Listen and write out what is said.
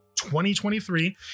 2023